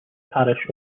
parish